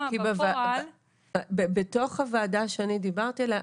בפועל -- בתוך הוועדה שאני דיברתי עליה,